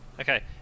Okay